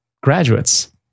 graduates